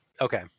Okay